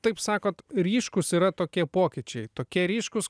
taip sakot ryškūs yra tokie pokyčiai tokie ryškūs